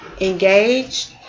engaged